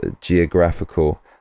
geographical